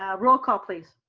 ah roll call please.